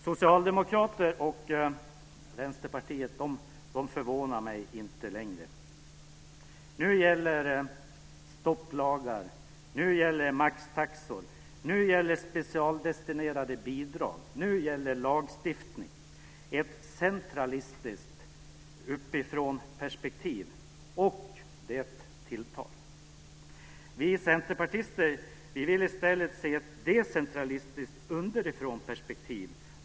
Socialdemokraterna och Vänsterpartiet förvånar mig inte längre. Nu gäller stopplagar, nu gäller maxtaxor, nu gäller specialdestinerade bidrag och nu gäller lagstiftning. Detta är ett centralistiskt uppifrånperspektiv, och det tilltar. Vi centerpartister vill i stället se ett decentralistiskt underifrånperspektiv.